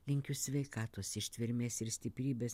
linkiu sveikatos ištvermės ir stiprybės